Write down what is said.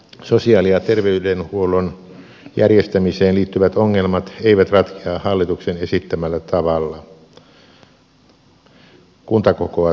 sosiaali ja terveydenhuollon järjestämiseen liittyvät ongelmat eivät ratkea hallituksen esittämällä tavalla kuntakokoa suurentamalla